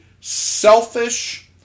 selfish